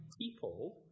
people